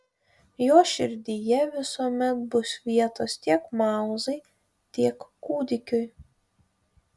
jo širdyje visuomet bus vietos tiek mauzai tiek kūdikiui